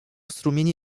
strumienia